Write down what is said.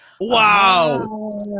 Wow